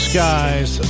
Skies